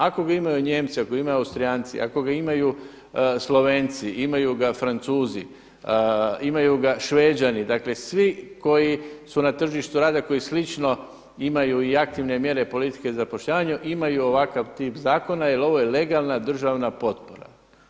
Ako ga imaju Nijemci, ako ga imaju Austrijanci, ako ga imaju Slovenci, imaju ga Francuzi, imaju ga Šveđani, dakle svi koji su na tržištu rada koji slično imaju i aktivne mjere politike zapošljavanja imaju ovakav tip zakona jer ovo je legalna državna potpora.